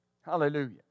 Hallelujah